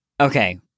Okay